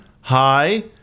hi